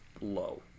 low